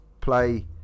play